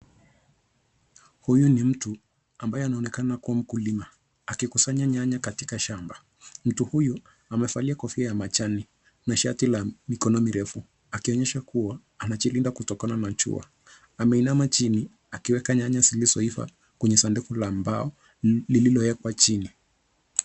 Huyu ni mtu ambaye anaonekana kua mkulima, akikusanya nyanya katika shamba. Mtu huyu amevalia kofia ya majani na shati la mikono mirefu akionyesha kua anajilinda kutokana na jua. Ameinama chini akiweka nyanya zilizoiva kwenye sanduku lla mbao lililowekwa chini.